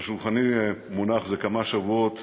על שולחני מונח זה כמה שבועות